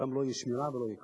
שם לא תהיה שמירה ולא יהיה כלום.